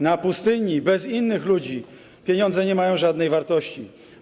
Na pustyni bez innych ludzi pieniądze nie mają żadnej wartości.